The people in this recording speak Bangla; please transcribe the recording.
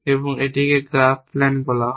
এবং এটিকে গ্রাফ প্ল্যান বলা হয়